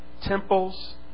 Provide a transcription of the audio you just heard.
temples